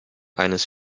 eines